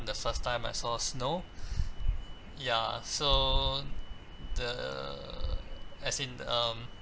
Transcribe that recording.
the first time I saw snow ya so the as in um